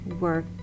work